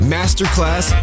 Masterclass